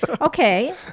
Okay